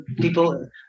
people